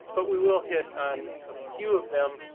but we will hit on a few of them.